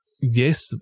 Yes